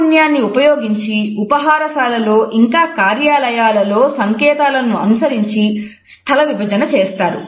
కళానైపుణ్యాన్ని ఉపయోగించి ఉపాహారశాలలో ఇంకా కార్యాలయాలలో సంకేతాలను అనుసరించి స్థల విభజన చేస్తారు